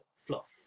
fluff